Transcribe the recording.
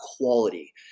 quality